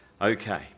okay